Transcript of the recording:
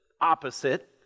opposite